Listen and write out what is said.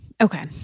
Okay